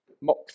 mock